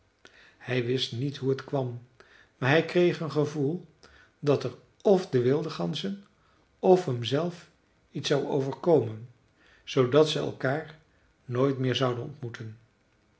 hij wist niet hoe het kwam maar hij kreeg een gevoel dat er f de wilde ganzen f hemzelf iets zou overkomen zoodat ze elkaar nooit meer zouden ontmoeten